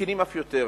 מסכנים אף יותר,